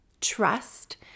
trust